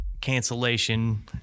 cancellation